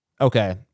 Okay